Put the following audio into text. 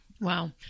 Wow